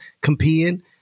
competing